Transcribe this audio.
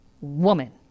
woman